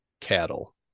cattle